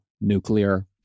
nuclear